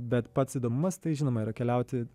bet pats įdomumas tai žinoma yra keliauti